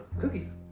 cookies